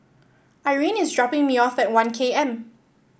Irene is dropping me off at One K M